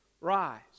Rise